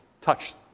touched